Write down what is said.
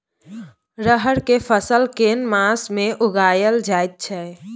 रहर के फसल केना मास में उगायल जायत छै?